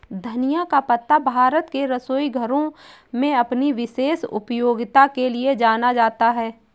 धनिया का पत्ता भारत के रसोई घरों में अपनी विशेष उपयोगिता के लिए जाना जाता है